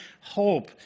hope